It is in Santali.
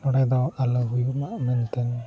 ᱱᱚᱸᱰᱮ ᱫᱚ ᱟᱞᱚ ᱦᱩᱭᱩᱜᱼᱟ ᱢᱮᱱᱛᱮ